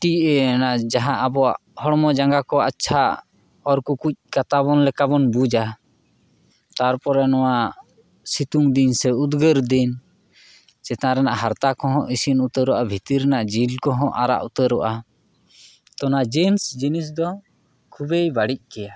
ᱴᱤᱮ ᱡᱟᱦᱟᱸ ᱟᱵᱚᱣᱟᱜ ᱦᱚᱲᱢᱚ ᱡᱟᱸᱜᱟ ᱠᱚ ᱟᱪᱪᱷᱟ ᱚᱨ ᱠᱩᱠᱩᱡ ᱠᱟᱛᱟ ᱵᱚᱱ ᱞᱮᱠᱟ ᱵᱚᱱ ᱵᱩᱡᱟ ᱛᱟᱨᱯᱚᱨᱮ ᱱᱚᱣᱟ ᱥᱤᱛᱩᱝ ᱫᱤᱱ ᱥᱮ ᱩᱫᱽᱜᱟᱹᱨ ᱫᱤᱱ ᱪᱮᱛᱟᱱ ᱨᱮᱱᱟᱜ ᱦᱟᱨᱛᱟ ᱠᱚᱦᱚᱸ ᱤᱥᱤᱱ ᱩᱛᱟᱹᱨᱚᱜᱼᱟ ᱵᱷᱤᱛᱤ ᱨᱮᱱᱟᱜ ᱡᱤᱞ ᱠᱚᱦᱚᱸ ᱟᱨᱟᱜ ᱩᱛᱟᱹᱨᱚᱜᱼᱟ ᱛᱚ ᱚᱱᱟ ᱡᱤᱱᱥ ᱡᱤᱱᱤᱥ ᱫᱚ ᱠᱷᱩᱵᱮᱭ ᱵᱟᱹᱲᱤᱡ ᱜᱮᱭᱟ